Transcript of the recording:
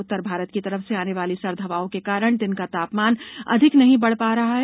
उत्तर भारत की तरफ से आने वाली सर्द हवाओं के कारण दिन का तापमान अधिक नहीं बढ़ पा रहा है